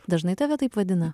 dažnai tave taip vadina